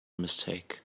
mistake